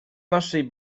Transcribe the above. naszej